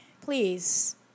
please